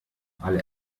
alle